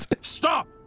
Stop